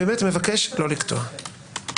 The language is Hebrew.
באמת מבקש לא לקטוע.